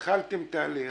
התחלתם תהליך.